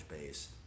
base